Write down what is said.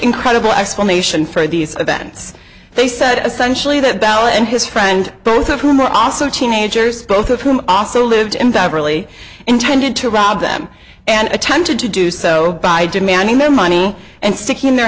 incredible explanation for these events they said essentially that ballet and his friend both of whom were also teenagers both of whom also lived in beverly intended to rob them and attempted to do so by demanding their money and sticking their